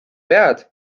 vead